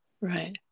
right